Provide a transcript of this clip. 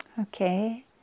Okay